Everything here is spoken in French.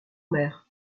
mère